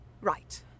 Right